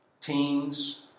Teens